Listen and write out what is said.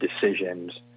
decisions